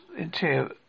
interior